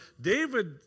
David